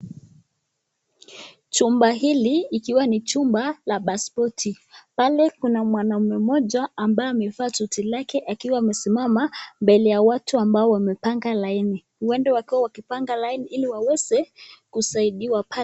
Chumba hili ikiwa ni chumba la pasipoti, pale kuna mwanaume mmoja ambaye amevaa suti lake akiwa amesimama mbele ya watu ambao wamepanga laini huenda wakiwa wakipanga laini ili waweze kusaidiwa pale.